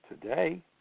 today